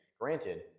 Granted